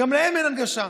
גם להם אין הנגשה.